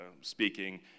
speaking